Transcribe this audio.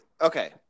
okay